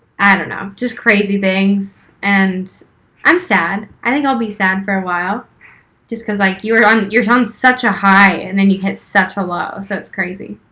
i don't know. just crazy things and i'm sad. i think i'll be sad for a while just cause like you're on you're on such a high and then you hit such a low so it's crazy.